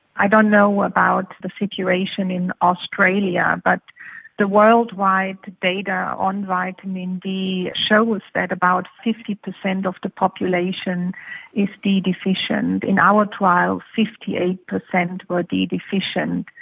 i don't know about the situation in australia, but the worldwide data on vitamin d shows that about fifty percent of the population is d deficient. in our trials fifty eight percent and were d deficient.